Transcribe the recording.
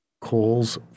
calls